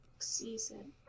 season